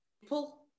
people